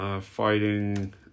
fighting